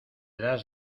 das